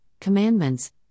commandments